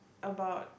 about